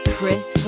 Chris